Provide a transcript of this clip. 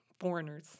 foreigners